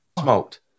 smoked